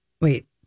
wait